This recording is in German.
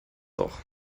doch